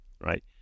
right